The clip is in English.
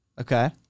Okay